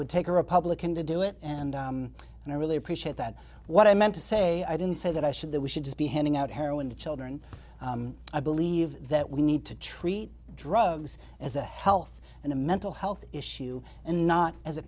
would take a republican to do it and i really appreciate that what i meant to say i didn't say that i should that we should just be handing out heroin to children i believe that we need to treat drugs as a health and a mental health issue and not as a